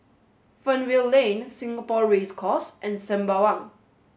Fernvale Lane Singapore Race Course and Sembawang